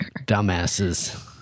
Dumbasses